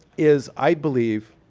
is, i believe,